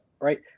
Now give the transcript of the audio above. right